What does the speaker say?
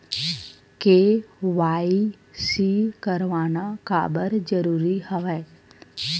KYC करवाना काबर जरूरी हवय?